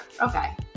Okay